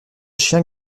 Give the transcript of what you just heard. chiens